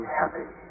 happy